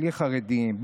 בלי חרדים,